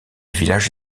village